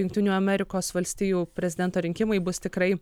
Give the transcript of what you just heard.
jungtinių amerikos valstijų prezidento rinkimai bus tikrai